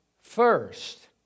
first